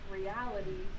reality